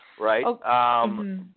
right